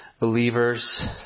believers